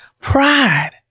Pride